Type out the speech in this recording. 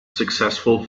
successful